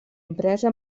impresa